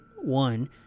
one